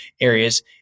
areas